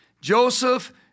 Joseph